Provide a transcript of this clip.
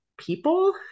people